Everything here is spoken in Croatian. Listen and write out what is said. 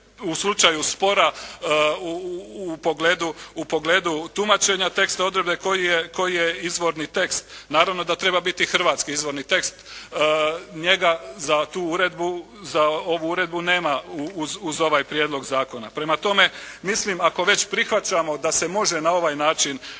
u slučaju spora u pogledu tumačenja teksta odredbe koji je izvorni tekst? Naravno da treba biti hrvatski izvorni tekst, njega za ovu uredbu nema uz ovaj prijedlog zakona. Prema tome, mislim ako već prihvaćamo da se može na ovaj način